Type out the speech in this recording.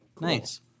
nice